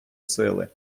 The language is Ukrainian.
сили